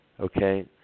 Okay